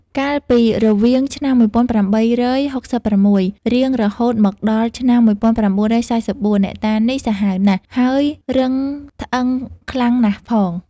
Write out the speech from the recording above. កាលពីរវាងឆ្នាំ ១៨៦៦ រៀងរហូតមកដល់ឆ្នាំ ១៩៤៤ អ្នកតានេះសាហាវណាស់ ហើយរឹងត្អឹងខ្លាំងណាស់ផង